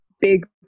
big